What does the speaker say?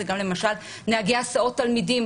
זה גם למשל נהגי הסעות תלמידים